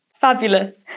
Fabulous